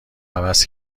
عوض